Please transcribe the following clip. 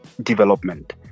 development